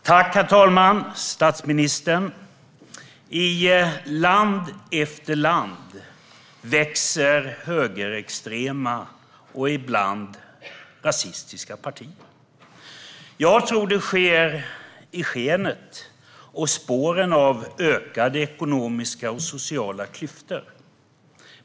Herr talman och statsministern! I land efter land växer högerextrema och ibland rasistiska partier. Jag tror att det sker i skenet och spåren av ökade ekonomiska och sociala klyftor.